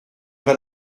vas